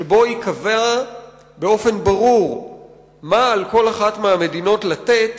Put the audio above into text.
שבו ייקבע באופן ברור מה על כל אחת מהמדינות לתת